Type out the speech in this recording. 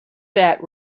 that